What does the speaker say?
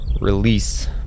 release